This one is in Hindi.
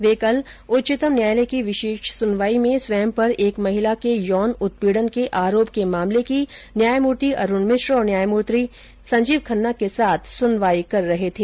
वें कल उच्चतम न्यायालय की विशेष सुनवाई में स्वयं पर एक महिला के यौन उत्पीडन के आरोप के मामले की न्यायमुर्ति अरुण मिश्र और न्यायमुर्ति संजीव खन्ना के साथ सुनवाई कर रहे थे